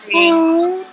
!aww!